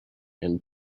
and